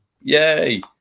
yay